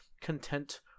content